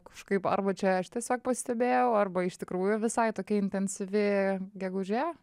kažkaip arba čia aš tiesiog pastebėjau arba iš tikrųjų visai tokia intensyvi gegužė